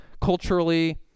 culturally